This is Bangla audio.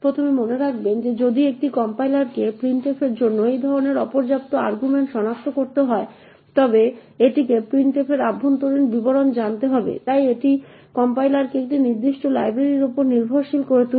প্রথমে মনে রাখবেন যে যদি একটি কম্পাইলারকে প্রিন্টএফের জন্য এই ধরনের অপর্যাপ্ত আর্গুমেন্ট সনাক্ত করতে হয় তবে এটিকে printf এর অভ্যন্তরীণ বিবরণ জানতে হবে তাই এটি কম্পাইলারকে একটি নির্দিষ্ট লাইব্রেরির উপর নির্ভরশীল করে তুলবে